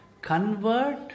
convert